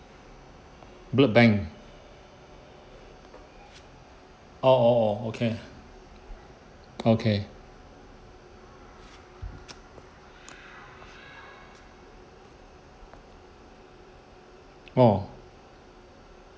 blood bank oh oh oh okay okay oh